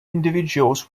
individuals